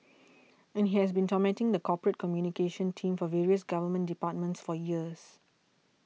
and he has been tormenting the corporate communications team for various government departments for years